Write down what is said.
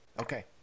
Okay